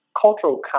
cultural